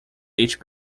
each